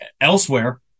elsewhere